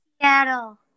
Seattle